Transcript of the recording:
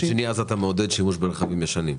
מצד שני אתה מעודד שימוש ברכבים ישנים.